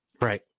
Right